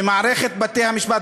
שמערכת בתי-המשפט,